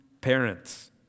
parents